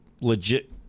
legit